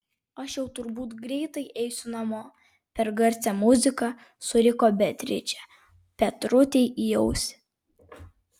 aš jau turbūt greitai eisiu namo per garsią muziką suriko beatričė petrutei į ausį